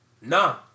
No